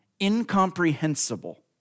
incomprehensible